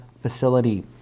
facility